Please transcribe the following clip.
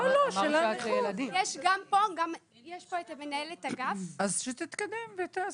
יש פה את מנהלת האגף --- אז שתתקדם ותסביר.